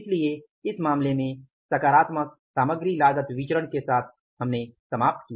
इसलिए इस मामले में सकारात्मक सामग्री लागत विचरण के साथ हमने समाप्त किया